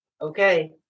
Okay